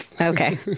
okay